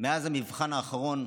מאז המבחן האחרון,